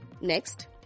Next